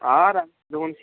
আর দেখুন